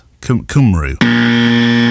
Kumru